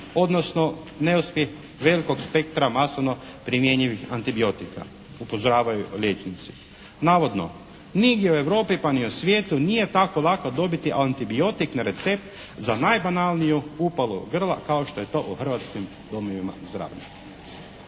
odnosno neuspjeh velikog spektra masovno primjenjivih antibiotika upozoravaju liječnici. Navodno nigdje u Europi pa ni u svijetu nije tako lako dobiti antibiotik na recept za najbanalniju upalu grla kao što je to u hrvatskim domovima zdravlja.